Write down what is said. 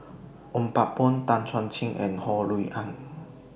Ong Pang Boon Tan Chuan Jin and Ho Rui An